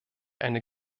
eine